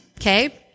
okay